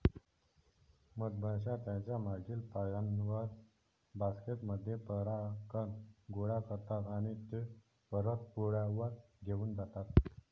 मधमाश्या त्यांच्या मागील पायांवर, बास्केट मध्ये परागकण गोळा करतात आणि ते परत पोळ्यावर घेऊन जातात